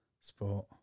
sport